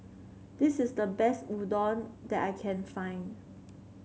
this is the best Udon that I can find